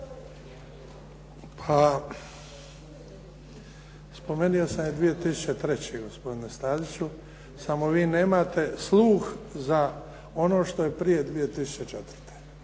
Pa, spomenuo sam i 2003. gospodine Staziću, samo vi nemate sluh za ono što je prije 2004.